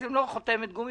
אתם לא חותמת גומי,